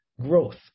growth